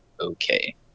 okay